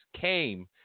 came